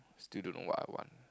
still don't know what I want